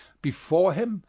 before him,